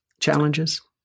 challenges